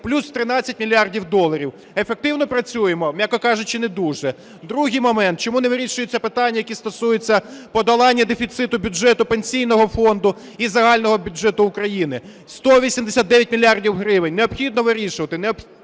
плюс 13 мільярдів доларів. Ефективно працюємо? М'яко кажучи, не дуже. Другий момент. Чому не вирішуються питання, які стосуються подолання дефіциту бюджету Пенсійного фонду і загального бюджету України, 189 мільярдів гривень? Необхідно вирішувати? Необхідно.